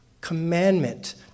commandment